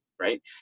right